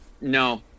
no